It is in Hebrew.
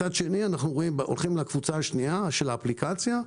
מצד שני, הולכים לקבוצה השנייה של האפליקציה,